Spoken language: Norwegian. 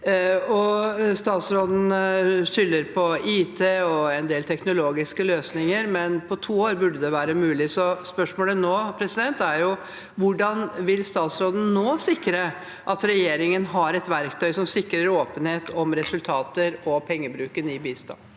Statsråden skylder på IT og en del teknologiske løsninger, men på to år burde dette være mulig. Spørsmålet nå er: Hvordan vil statsråden nå sikre at regjeringen har et verktøy som sikrer åpenhet om resultat og pengebruk i bistand?